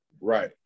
Right